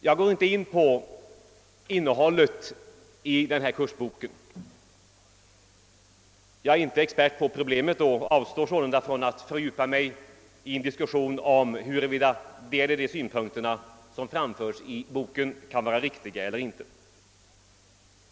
Jag går inte in på innehållet i boken. Jag är inte expert på problemet och avstår sålunda från att fördjupa mig i en diskussion om riktigheten av olika synpunkter som framförs i den.